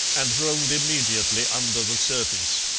and rolled immediately under the surface.